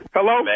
Hello